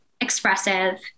expressive